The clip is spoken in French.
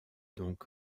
donc